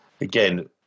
again